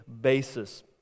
basis